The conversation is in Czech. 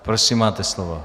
Prosím, máte slovo.